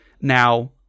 Now